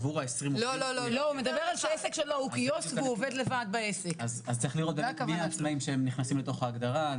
אז צריך לראות מי העצמאים שנכנסים לתוך ההגדרה.